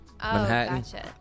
Manhattan